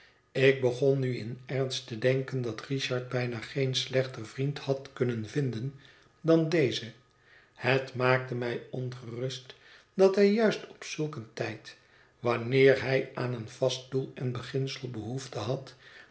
ik begon nu in ernst te denken dat richard bijna geen slechter vriend had kunnen vinden dan dezen het maakte mij ongerust dat hij juist op zulk een tijd wanneer hij aan een vast doel en beginsel behoefte had